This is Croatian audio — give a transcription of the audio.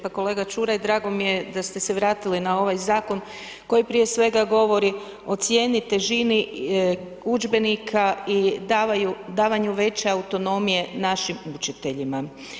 Pa kolega Čuraj, drago mi je da ste se vratili na ovaj zakon koji prije svega govori o cijeni, težini udžbenika i davanju veće autonomije našim učiteljima.